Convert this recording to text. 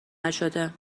نشده